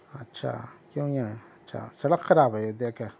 اچھا کیوں یہاں اچھا سڑک خراب ہے یہ دیکھ کے